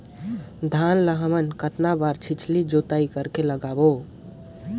धान ला हमन कतना बार छिछली जोताई कर के लगाबो?